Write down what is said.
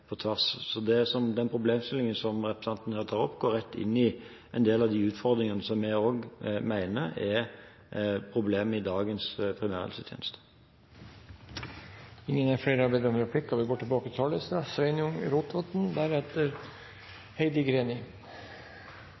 på tvers. Den problemstillingen som representanten tar opp, går rett inn i en del av de utfordringene som også vi mener er problemer i dagens